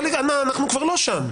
אבל אנחנו כבר לא שם.